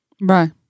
Right